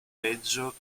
reggio